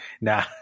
Nah